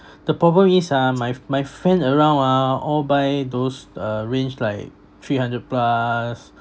the problem is ah my f~ my friend around ah all buy those uh range like three hundred plus